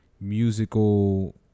musical